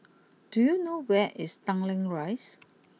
do you know where is Tanglin Rise